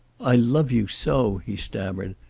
i love you so, he stammered.